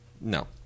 No